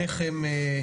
שניכם,